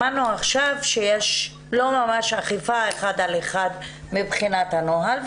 שמענו עכשיו שאין אכיפה אחד על אחד מבחינת הנוהל,